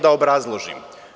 Da obrazložim.